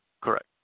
Correct